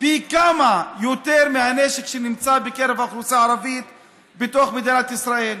פי כמה יותר מהנשק שנמצא בקרב האוכלוסייה הערבית בתוך מדינת ישראל.